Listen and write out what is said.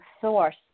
source